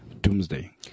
doomsday